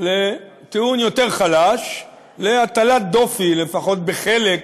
לטיעון יותר חלש, להטלת דופי, לפחות בחלק